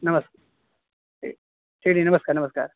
नमस्ते ठी ठीक ठीक नमस्कार नमस्कार